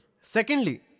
Secondly